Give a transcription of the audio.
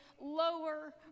lower